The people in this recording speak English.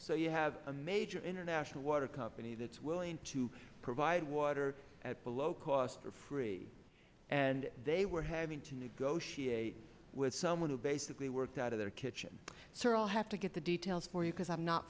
so you have a major international water company that's willing to provide water at below cost for free and they were having to negotiate with someone who basically worked out of their kitchen sir i'll have to get the details for you because i'm not